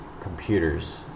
computers